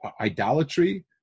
idolatry